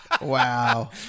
wow